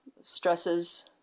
stresses